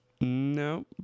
No